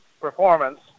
performance